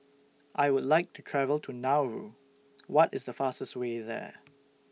I Would like to travel to Nauru What IS The fastest Way There